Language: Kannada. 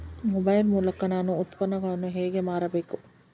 ಮೊಬೈಲ್ ಮೂಲಕ ನಾನು ಉತ್ಪನ್ನಗಳನ್ನು ಹೇಗೆ ಮಾರಬೇಕು?